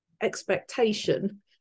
expectation